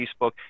Facebook